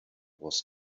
was